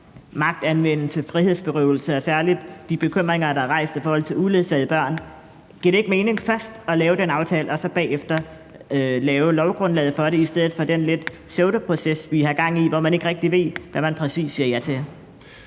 magtanvendelse, frihedsberøvelse og særlig de bekymringer, der er rejst i forhold til uledsagede børn. Giver det ikke mening først at lave den aftale og så bagefter lave lovgrundlaget for det i stedet for den pseudoproces, vi lidt har gang i, hvor man ikke rigtig ved, hvad man præcis siger ja til?